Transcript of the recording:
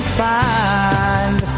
find